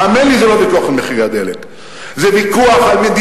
האמן לי, זה לא ויכוח על מחירי הדלק.